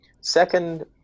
Second